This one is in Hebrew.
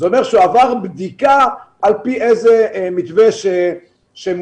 זה אומר שעבר בדיקה על פי איזה מתווה שמוצע.